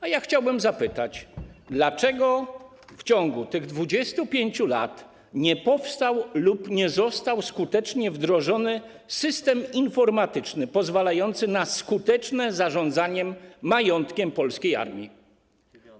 A ja chciałbym zapytać: Dlaczego w ciągu tych 25 lat nie powstał lub nie został skutecznie wdrożony system informatyczny pozwalający na skuteczne zarządzanie majątkiem polskiej armii?